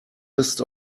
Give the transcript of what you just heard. list